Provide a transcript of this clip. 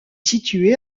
situé